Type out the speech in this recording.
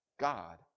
God